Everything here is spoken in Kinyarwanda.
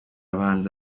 bahanzi